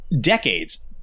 decades